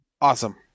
Awesome